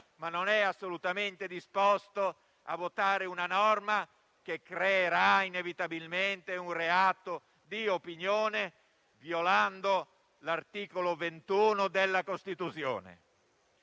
ma non è assolutamente disposto a votare una norma che creerà inevitabilmente un reato di opinione, violando l'articolo 21 della Costituzione.